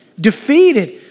defeated